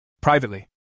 Privately